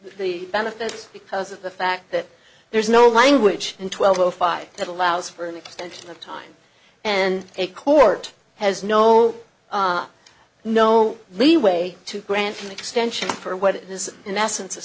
the benefit because of the fact that there's no language in twelve o five that allows for an extension of time and a court has no no leeway to grant an extension for what is in essence